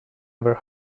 ever